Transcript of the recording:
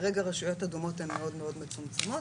כרגע רשויות אדומות הן מאוד מצומצמות,